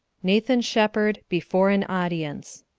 nathan sheppard, before an audience.